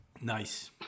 Nice